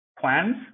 plans